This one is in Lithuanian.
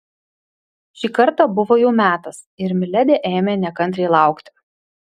šį kartą buvo jau metas ir miledi ėmė nekantriai laukti